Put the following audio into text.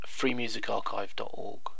freemusicarchive.org